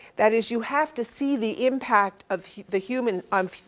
that is you have to see the impact of the human, um